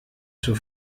zur